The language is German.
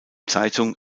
zeitung